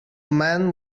man